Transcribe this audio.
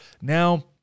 Now